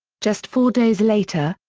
just four days later,